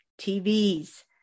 TVs